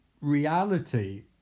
reality